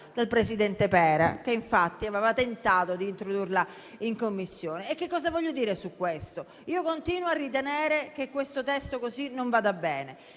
dal presidente Pera, che infatti aveva tentato di introdurla in Commissione. Cosa voglio dire con questo? Io continuo a ritenere che il testo così non vada bene.